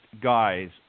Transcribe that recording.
guys